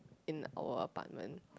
in our apartment